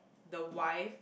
the wife